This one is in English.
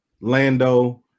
Lando